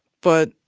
but